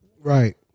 Right